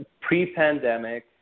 pre-pandemic